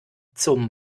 zum